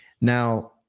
Now